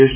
S